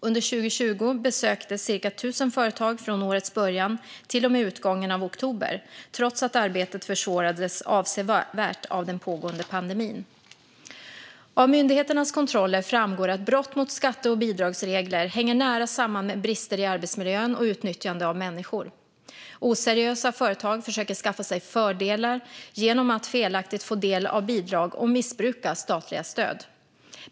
Under 2020 besöktes ca 1 000 företag från årets början till och med utgången av oktober, trots att arbetet försvårades avsevärt av den pågående pandemin. Av myndigheternas kontroller framgår att brott mot skatte och bidragsregler hänger nära samman med brister i arbetsmiljön och utnyttjande av människor. Oseriösa företag försöker skaffa sig fördelar genom att felaktigt få del av bidrag och missbruka statliga stöd.